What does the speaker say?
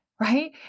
right